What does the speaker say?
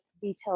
details